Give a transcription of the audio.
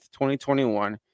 2021